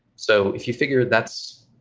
so if you figure that's,